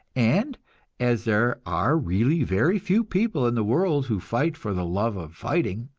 and as there are really very few people in the world who fight for the love of fighting,